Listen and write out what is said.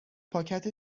پاکت